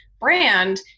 brand